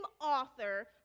author